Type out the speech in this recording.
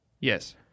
Yes